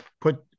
put